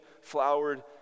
flowered